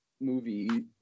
movie